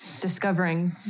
discovering